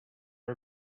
are